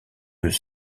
eux